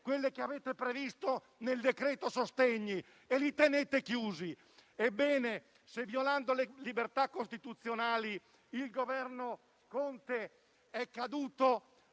quelle che avete previsto nel decreto sostegni sono elemosine, e li tenete chiusi. Ebbene se violando le libertà costituzionali il Governo Conte è caduto,